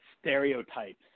stereotypes